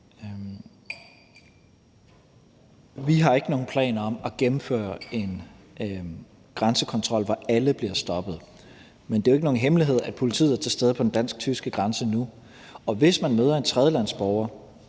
Vi har ikke nogen planer om at gennemføre en grænsekontrol, hvor alle bliver stoppet. Men det er jo ikke nogen hemmelighed, at politiet er til stede på den dansk-tyske grænse nu, og hvis de møder en tredjelandsborger,